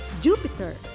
Jupiter